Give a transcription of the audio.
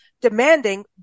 demanding